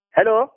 Hello